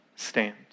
stand